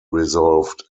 resolved